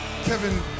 Kevin